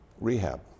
Rehab